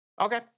okay